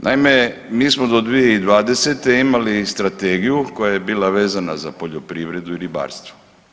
Naime, mi smo do 2020. imali strategiju koja je bila vezana za poljoprivredu i ribarstvo.